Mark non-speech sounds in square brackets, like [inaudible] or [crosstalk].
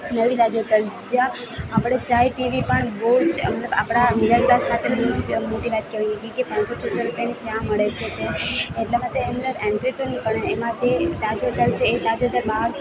નવી તાજ હોટલ જ્યાં આપણે ચાય પીવી પણ બહુ જ એમ આપણા [unintelligible] કે પાંચસો છસો રૂપિયાની ચા મળે છે તે એટલા માટે અંદર એન્ટ્રી તો નહીં પણ એમાં જે તાજ હોટલ છે એ તાજ હોટલમાં